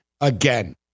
Again